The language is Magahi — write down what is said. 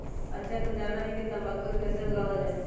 अच्छा तू जाना हीं कि तंबाकू के कैसे उगावल जा हई?